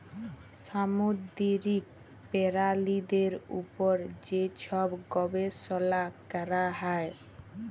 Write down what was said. সামুদ্দিরিক পেরালিদের উপর যে ছব গবেষলা ক্যরা হ্যয়